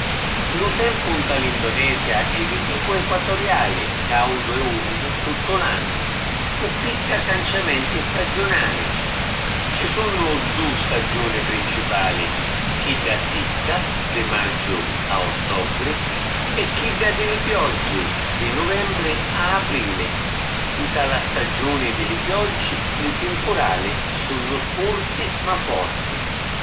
Lu tempu nta l’Indonesia è di tipu equatoriali, caudu e umidu tuttu l’annu, cu picca canciamenti stagiunali. Ci sunnu du stagiuni principali. Chidda sicca (di maggiu a ottobri) e chidda di li pioggi (di nuvembri a aprili). Nta la stagiuni di li pioggi, li timpurali sunnu curti ma forti.